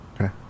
Okay